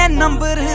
number